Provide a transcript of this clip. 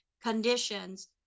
conditions